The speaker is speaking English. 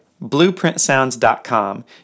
blueprintsounds.com